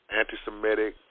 anti-Semitic